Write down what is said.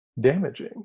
damaging